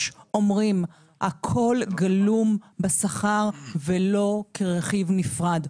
אומרים שהכול גלום בשכר ולא כרכיב נפרד.